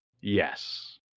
Yes